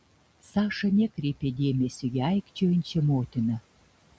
saša nekreipė dėmesio į aikčiojančią motiną